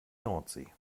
nordsee